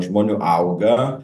žmonių auga